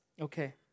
Okay